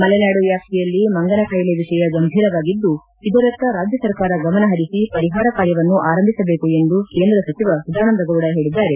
ಮಲೆನಾಡು ವ್ಯಾಪ್ತಿಯಲ್ಲಿ ಮಂಗನ ಕಾಯಿಲೆ ವಿಷಯ ಗಂಭೀರವಾಗಿದ್ದು ಇದರತ್ತ ರಾಜ್ಯ ಸರ್ಕಾರ ಗಮನಹರಿಸಿ ಪರಿಹಾರ ಕಾರ್ಯವನ್ನು ಆರಂಭಿಸಬೇಕು ಎಂದು ಕೇಂದ್ರ ಸಚಿವ ಸದಾನಂದಗೌಡ ಹೇಳಿದ್ದಾರೆ